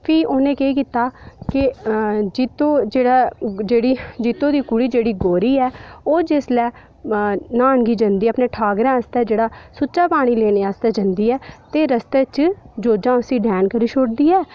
ते फ्ही उ'नें केह् कीता कि जित्तो जेह्ड़ा जेह्ड़ी जित्तो दी कुड़ी जेह्ड़ी कुड़ी कौड़ी ऐ ओह् जिसलै न्हौने गी जंदी अपने ठौगरें आस्तै जेह्ड़ा सुच्चा पानी लैने आस्तै जंदी ऐ ते रस्ते च जोजां उसी डैन करी छोड़दी ऐ